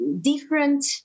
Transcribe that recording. different